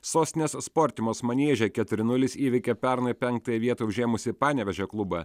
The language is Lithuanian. sostinės sportimos manieže keturi nulis įveikė pernai penktąją vietą užėmusį panevėžio klubą